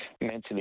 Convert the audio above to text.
mentally